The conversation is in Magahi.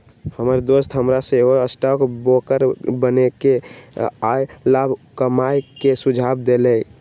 हमर दोस हमरा सेहो स्टॉक ब्रोकर बनेके आऽ लाभ कमाय के सुझाव देलइ